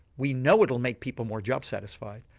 we know it'll make people more job satisfied,